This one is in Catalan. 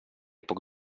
poc